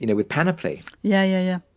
you know with panoply. yeah. yeah.